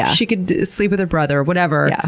she could sleep with her brother, whatever, yeah